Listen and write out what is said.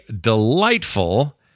delightful